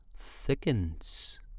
thickens